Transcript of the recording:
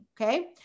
Okay